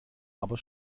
aber